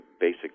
basic